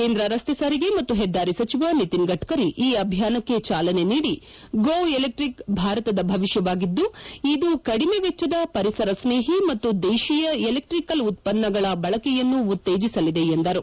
ಕೇಂದ್ರ ರಸ್ತೆ ಸಾರಿಗೆ ಮತ್ತು ಹೆದ್ದಾರಿ ಸಚಿವ ನಿತಿನ್ ಗಡ್ಡರಿ ಈ ಅಭಿಯಾನಕ್ಕೆ ಚಾಲನೆ ನೀಡಿ ಗೋ ಎಲೆಕ್ಟಿಕ್ ಭಾರತದ ಭವಿಷ್ಣವಾಗಿದ್ದು ಇದು ಕಡಿಮೆ ವೆಚ್ವದ ಪರಿಸರ ಸ್ನೇಹಿ ಮತ್ತು ದೇಶೀಯ ಎಲೆಕ್ಷಿಕಲ್ ಉತ್ಪನ್ನಗಳ ಬಳಕೆಯನ್ನು ಉತ್ತೇಜಿಸಲಿದೆ ಎಂದರು